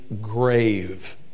Grave